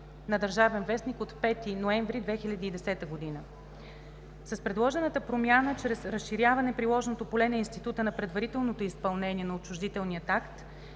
на „Държавен вестник“ от 5 ноември 2010 г. Предложената промяна чрез разширяване приложното поле на института на предварителното изпълнение на отчуждителния акт